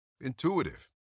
Intuitive